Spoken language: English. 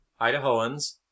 Idahoans